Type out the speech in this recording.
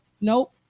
Nope